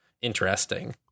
interesting